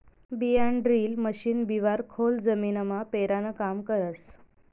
बियाणंड्रील मशीन बिवारं खोल जमीनमा पेरानं काम करस